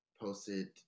posted